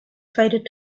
faded